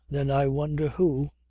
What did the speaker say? then i wonder who